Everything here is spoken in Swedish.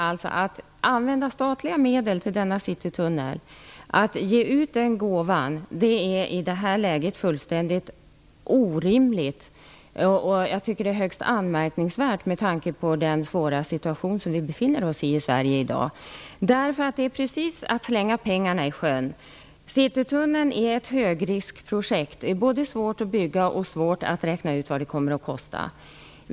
Att använda statliga medel till Citytunneln, att ge den gåvan, är i det här läget fullständigt orimligt, och jag tycker att det är högst anmärkningsvärt med tanke på den svåra situation som vi i Sverige befinner oss i i dag. Det är nämligen precis detsamma som att slänga pengarna i sjön. Citytunneln är ett högriskprojekt - det är svårt både att bygga den och att räkna ut vad den kommer att kosta.